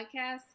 podcast